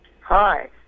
Hi